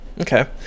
Okay